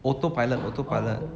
autopilot autopilot